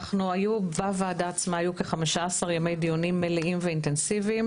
בוועדה עצמה היו כ-15 ימי דיונים מלאים ואינטנסיביים.